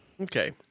Okay